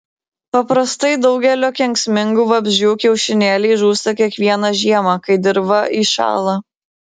paprastai daugelio kenksmingų vabzdžių kiaušinėliai žūsta kiekvieną žiemą kai dirva įšąla